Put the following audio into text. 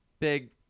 big